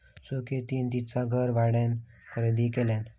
सुकृतीन तिचा घर भाड्यान खरेदी केल्यान